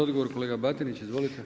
Odgovor kolega Batinić, izvolite.